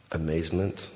amazement